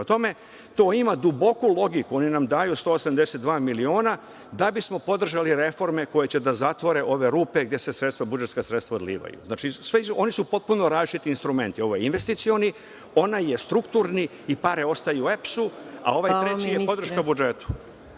tome, to ima duboku logiku, oni nam daju 182 miliona da bismo podržali reforme koje će da zatvore ove rupe gde se često budžetska sredstva odlivaju. Znači, oni su potpuno različiti instrumenti, ovo je investicioni, onaj strukturni i pare ostaju EPS-u, a ovaj treći je podrška budžetu.